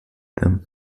them